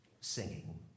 singing